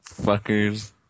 fuckers